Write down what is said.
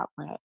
outlet